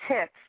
tips